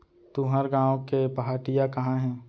तुंहर गॉँव के पहाटिया कहॉं हे?